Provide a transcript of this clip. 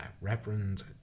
Reverend